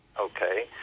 okay